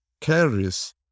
carries